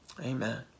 amen